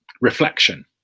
reflection